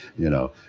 you know,